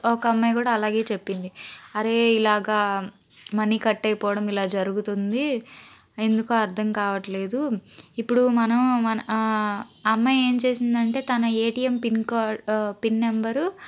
ఒక అమ్మాయి కూడా అలాగే చెప్పింది అరే ఇలాగ మనీ కట్ అయిపోవడం ఇలా జరుగుతుంది ఎందుకు అర్థం కావట్లేదు ఇప్పుడు మనం మన అమ్మాయి ఏం చేసిందంటే తన ఏటీఎం పిన్ కో పిన్ నెంబరు